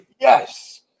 Yes